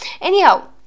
Anyhow